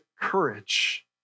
courage